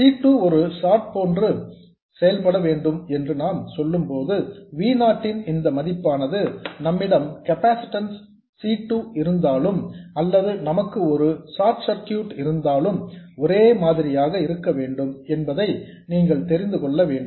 C 2 ஒரு short போன்று செயல்பட வேண்டும் என்று நாம் சொல்லும்போது V நாட் ன் இந்த மதிப்பானது நம்மிடம் கெப்பாசிட்டன்ஸ் C 2 இருந்தாலும் அல்லது நமக்கு ஒரு ஷார்ட் சர்க்யூட் இருந்தாலும் ஒரே மாதிரியாக இருக்க வேண்டும் என்பதை நாம் தெரிந்து கொள்ள வேண்டும்